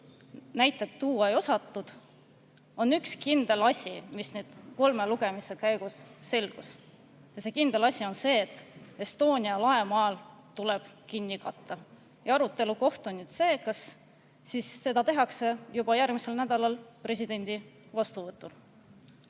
näiteid tuua ei osatud, on üks asi kindel, mis kolme lugemise käigus selgus. See kindel asi on see, et Estonia laemaal tuleb kinni katta. Arutelu koht on nüüd see, kas seda tehakse juba järgmisel nädalal [enne] presidendi vastuvõttu.